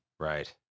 Right